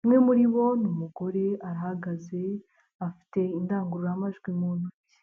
umwe muri bo ni umugore arahagaze afite indangururamajwi mu ntoki.